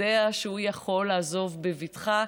יודע שהוא יכול לעזוב בבטחה,